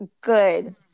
good